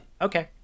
Okay